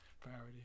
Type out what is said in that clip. priority